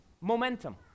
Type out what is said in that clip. momentum